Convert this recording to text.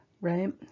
right